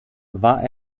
war